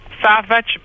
Savage